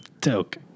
Toke